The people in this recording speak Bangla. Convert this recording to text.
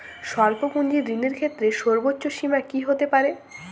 স্বল্প পুঁজির ঋণের ক্ষেত্রে সর্ব্বোচ্চ সীমা কী হতে পারে?